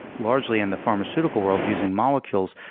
largely in the pharmaceutical world, using molecules,